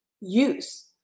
use